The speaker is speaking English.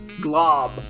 Glob